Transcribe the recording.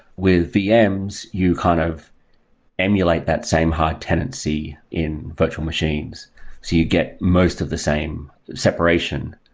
with vms, you kind of emulate that same hard tenancy in virtual machines, so you get most of the same separation.